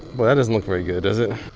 boy that doesn't look very good, does it?